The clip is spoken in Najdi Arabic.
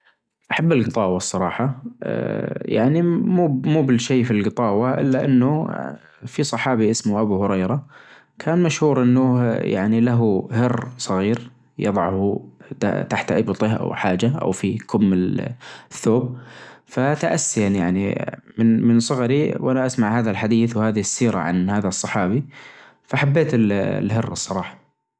المكان اللي ما زرتُه قبل، بس ودي أزورُه هو "العلا" سمعت عنها كثير، وأعجبني تاريخها وجمالها الطبيعي، خصوصاً مدائن صالح أعتجد بتكون تجربة رائعة أتعرف على الآثار الجديمة والمناظر الطبيعية المدهشة هناك.